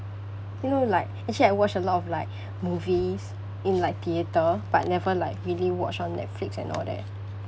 you know like actually I watch a lot of like movies in like theatre but never like really watch on netflix and all that